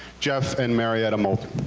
jeff and marietta malton.